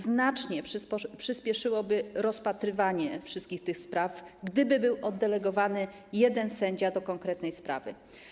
Znacznie przyspieszyłoby rozpatrywanie wszystkich tych spraw, gdyby był oddelegowany jeden sędzia do konkretnej sprawy.